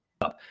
up